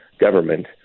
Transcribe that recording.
government